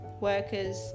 workers